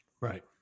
Right